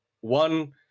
one